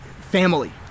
family